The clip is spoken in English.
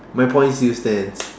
my point still stand